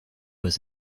was